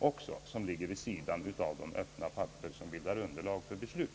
Och det krävs ju helt öppna papper som underlag för beslut.